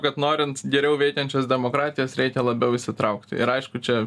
kad norint geriau veikiančios demokratijos reikia labiau įsitraukti ir aišku čia